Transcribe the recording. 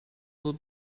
will